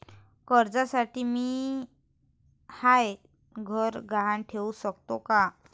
कर्जसाठी मी म्हाय घर गहान ठेवू सकतो का